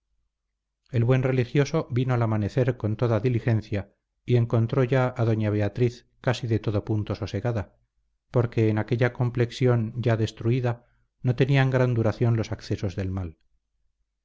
el buen religioso vino al amanecer con toda diligencia y encontró ya a doña beatriz casi de todo punto sosegada porque en aquella complexión ya destruida no tenían gran duración los accesos del mal